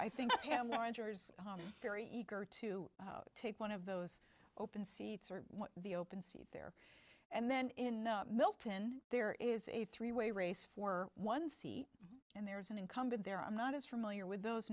i think pam winders very eager to take one of those open seats are the open seat there and then in milton there is a three way race for one seat and there's an incumbent there i'm not as familiar with those